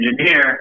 engineer